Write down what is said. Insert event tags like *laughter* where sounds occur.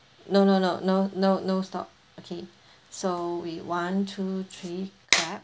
no no no no no no stop okay so we one two three clap *noise*